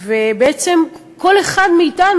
ובעצם כל אחד מאתנו,